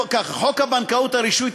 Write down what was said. חוק הבנקאות (רישוי),